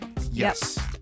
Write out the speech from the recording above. yes